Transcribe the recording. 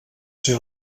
ser